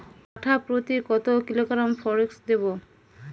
কাঠাপ্রতি কত কিলোগ্রাম ফরেক্স দেবো?